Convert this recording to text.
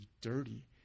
dirty